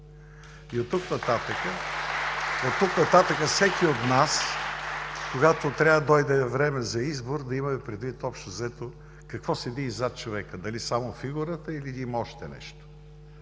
И от тук нататък всеки от нас, когато дойде време за избор, да имаме предвид общо взето какво седи зад човека – дали само фигурата или има още нещо?